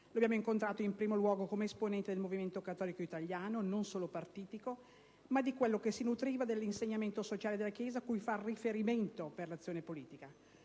abbiamo incontrato, in primo luogo, come esponente del movimento cattolico italiano, non solo partitico, ma di quello che si nutriva dell'insegnamento sociale della Chiesa cui fare riferimento per l'azione politica.